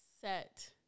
set